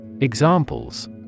examples